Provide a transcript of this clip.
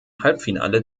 halbfinale